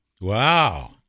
Wow